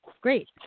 great